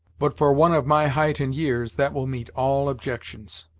but for one of my height and years that will meet all objections.